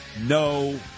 no